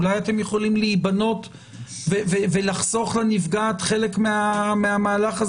אולי אתם יכולים להיבנות ולחסוך לנפגעת חלק מהמהלך.